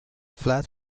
flat